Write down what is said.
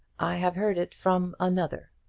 i have heard it from another.